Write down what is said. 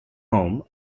home